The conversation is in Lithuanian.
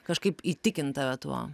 kažkaip įtikint tave tuo